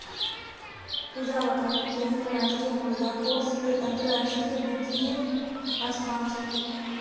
पूजा बताले कि अंतर्राष्ट्रीय मुद्रा कोष एक अंतरराष्ट्रीय वित्तीय संस्थान छे